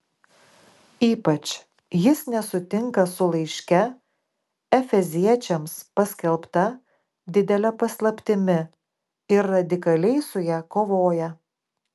ypač jis nesutinka su laiške efeziečiams paskelbta didele paslaptimi ir radikaliai su ja kovoja